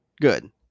Good